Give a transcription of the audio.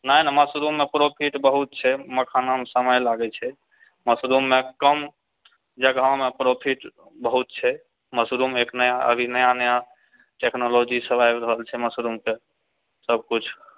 नहि नहि मशरूममे प्रॉफिट बहुत छै मखानामे समय लागैत छै मशरूममे कम जगहमे प्रॉफिट बहुत छै मशरूम एक नया अभी नया नया टेक्नोलॉजीसभ आबि रहल छै मशरूमके सभकुछ